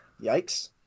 yikes